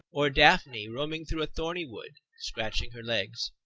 or daphne roaming through a thorny wood, scratching her legs,